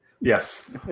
Yes